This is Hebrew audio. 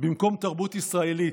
במקום תרבות ישראלית,